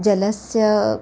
जलस्य